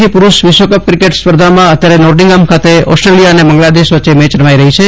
C પુરૂષ વિશ્વ cup cricket સ્પર્ધામાં અત્યારે નોર્ટિંગહામ ખાતે ઓસ્ટ્રેલિયા અને બાંગ્લાદેશ વચ્ચે મેય રમાઈ રહી છે